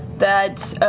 that's